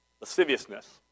lasciviousness